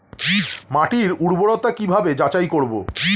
মাটির উর্বরতা কি ভাবে যাচাই করব?